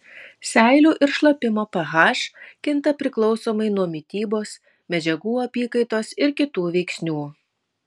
seilių ir šlapimo ph kinta priklausomai nuo mitybos medžiagų apykaitos ir kitų veiksnių